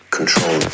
Control